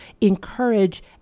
encourage